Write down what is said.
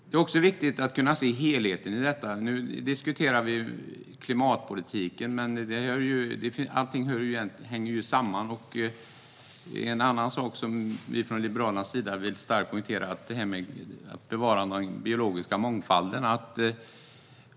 Det är också viktigt att kunna se helheten i detta. Nu diskuterar vi klimatpolitiken, men allt hänger samman. En annan sak som vi i Liberalerna vill poängtera starkt är att bevara den biologiska mångfalden.